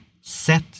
set